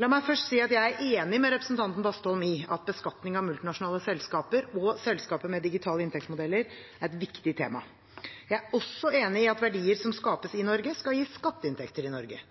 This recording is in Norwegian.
La meg først si at jeg er enig med representanten Bastholm i at beskatning av multinasjonale selskaper og selskaper med digitale inntektsmodeller er et viktig tema. Jeg er også enig i at verdier som skapes i Norge, skal gi skatteinntekter i Norge.